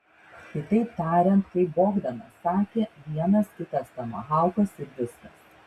kitaip tariant kaip bogdanas sakė vienas kitas tomahaukas ir viskas